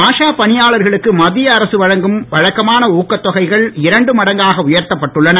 ஆஷா பணியாளர்களுக்கு மத்திய அரசு வழங்கும் வழக்கமான ஊக்கத் தொகைகள் இரண்டு மடங்காக உயர்த்தப்பட்டுள்ளன